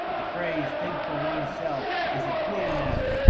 the phrase think for one's self is a pleonasm.